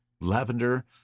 Lavender